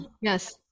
yes